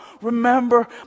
Remember